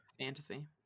fantasy